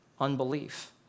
unbelief